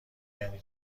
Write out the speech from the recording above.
یعنی